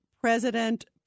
President